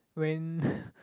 when